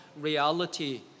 reality